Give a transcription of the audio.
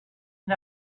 and